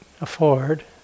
afford